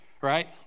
right